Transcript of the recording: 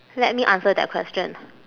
let me answer that question